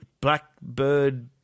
blackbird